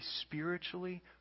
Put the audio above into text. spiritually